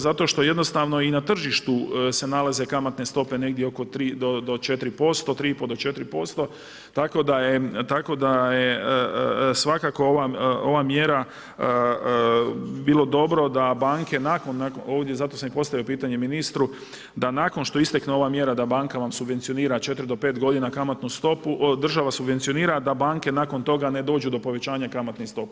Zato što jednostavno i na tržištu se nalaze kamatne stope negdje oko 3 do 4%, 3,5 do 4% tako da je svakako ova mjera bilo dobro da banke nakon, zato sam i postavio pitanje ministru, da nakon što istakne ova mjera da banka vam subvencionira 4 do 5 godina kamatnu stopu, država subvencionira, da banke nakon toga ne dođu do povećanja kamatnih stopa.